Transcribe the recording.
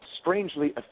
strangely